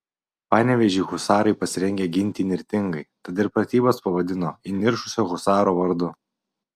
panevėžį husarai pasirengę ginti įnirtingai tad ir pratybas pavadino įniršusio husaro vardu